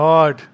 God